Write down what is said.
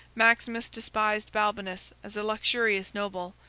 maximus despised balbinus as a luxurious noble,